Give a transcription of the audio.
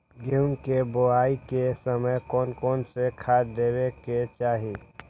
गेंहू के बोआई के समय कौन कौन से खाद देवे के चाही?